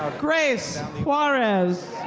grace juarez.